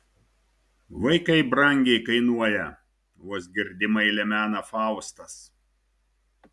vaikai brangiai kainuoja vos girdimai lemena faustas